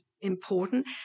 important